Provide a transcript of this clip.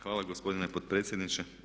Hvala gospodine potpredsjedniče.